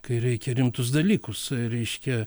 kai reikia rimtus dalykus reiškia